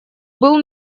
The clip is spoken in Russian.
был